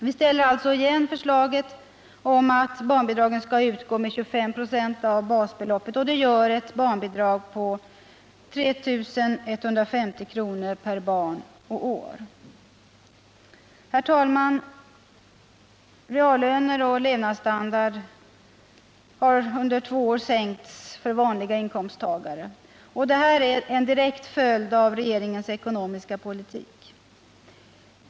Vi ställer alltså igen förslaget att barnbidragen skall utgå med 25 96 av basbeloppet, och det gör ett barnbidrag på 3 150 kr. per barn och år. Herr talman! Reallöner och levnadsstandard har under två år sänkts för vanliga inkomsttagare. Och detta är en direkt följd av regeringens ekonomiska politik.